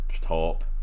top